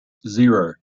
zero